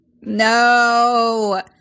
No